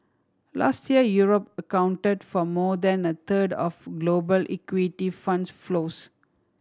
last year Europe accounted for more than a third of global equity funds flows